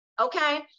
okay